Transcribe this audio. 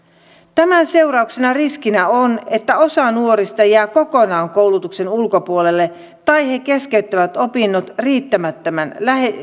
tämän seurauksena riskinä on että osa nuorista jää kokonaan koulutuksen ulkopuolelle tai he keskeyttävät opinnot riittämättömien